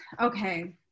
okay